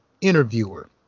interviewer